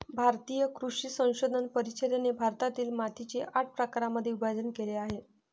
भारतीय कृषी संशोधन परिषदेने भारतातील मातीचे आठ प्रकारांमध्ये विभाजण केले आहे